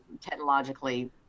technologically